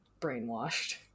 brainwashed